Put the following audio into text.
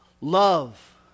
Love